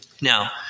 Now